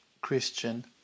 Christian